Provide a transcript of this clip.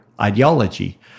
ideology